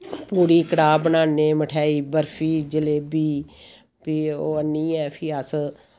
पुड़ी कड़ाह् बनान्ने मठेआई बर्फी जलेबी फ्ही ओह् आह्नियै फ्ही अस